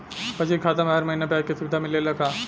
बचत खाता में हर महिना ब्याज के सुविधा मिलेला का?